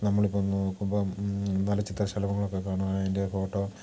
നമ്മളിപ്പം നോക്കുമ്പം നല്ല ചിത്രശലഭങ്ങളൊക്കെ കാണുകയാണെങ്കിൽ അതിൻ്റെ ഫോട്ടോ